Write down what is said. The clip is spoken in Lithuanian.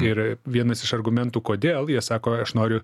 ir vienas iš argumentų kodėl jie sako aš noriu